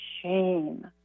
shame